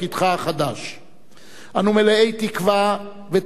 אנו מלאי תקווה ותקוות שתצליח להתמודד